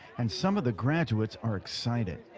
and some of the graduates are excited.